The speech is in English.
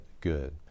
good